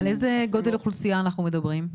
על איזה גודל אוכלוסייה אנחנו מדברים?